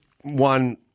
one